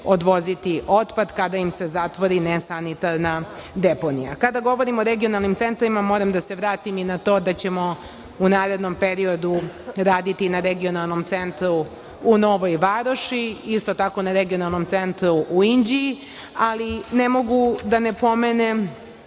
odvoziti otpad kada im se zatvori nesanitarna deponija. Kada govorimo o regionalnim centrima, moram da se vratim i na to da ćemo u narednom periodu raditi na regionalnom centru u Novoj Varoši, u Inđiji, ali ne mogu a da ne pomenem